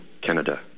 Canada